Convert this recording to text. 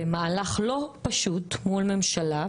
במהלך לא פשוט מול ממשלה,